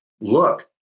look